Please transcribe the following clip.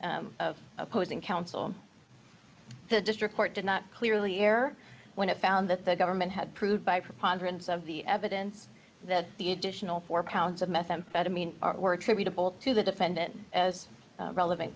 opposing counsel the district court did not clearly error when it found that the government had proved by preponderance of the evidence that the additional four pounds of methamphetamine artwork treatable to the defendant as relevant